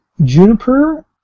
Juniper